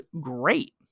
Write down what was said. great